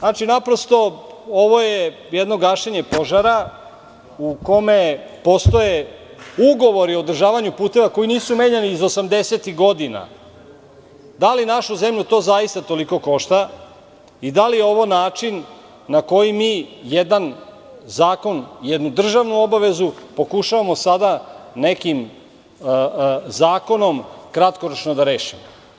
Naprosto, ovo je jedno gađenje požara u kome postoje ugovori o održavanju puteva koji nisu menjani iz 80-tih godina, da li našu zemlju to zaista toliko košta i da li je ovo način na koji mi jednu državnu obavezu, pokušavamo sada nekim zakonom, kratkoročno da rešimo.